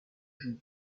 jours